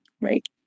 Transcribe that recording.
right